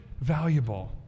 valuable